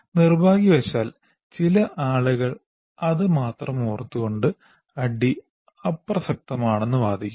നിർഭാഗ്യവശാൽ ചില ആളുകൾ അത് മാത്രം ഓർത്തുകൊണ്ട് ADDIE അപ്രസക്തമാണെന്ന് വാദിക്കുന്നു